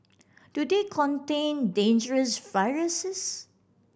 do they contain dangerous viruses